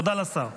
תודה לשר.